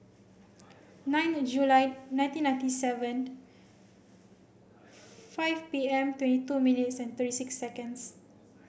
nine the July nineteen ninety seven five P M twenty two minutes and thirty six seconds